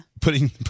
Putting